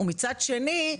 ומצד שני,